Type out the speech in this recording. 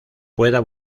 pueda